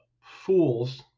fools